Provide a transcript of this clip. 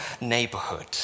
neighborhood